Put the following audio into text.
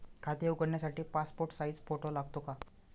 खाते उघडण्यासाठी passport size photo लागतो का?